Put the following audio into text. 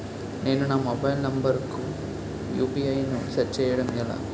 నేను నా mobile number కుయు.పి.ఐ ను సెట్ చేయడం ఎలా?